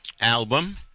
album